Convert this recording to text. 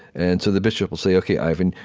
and so the bishop will say, ok, ivan,